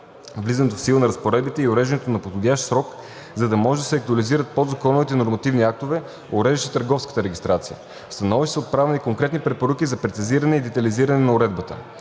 влизането в сила на разпоредбите и уреждането на подходящ срок, за да може да се актуализират подзаконовите нормативни актове, уреждащи търговската регистрация. В становищата са отправени конкретни препоръки за прецизиране и детайлизиране на уредбата.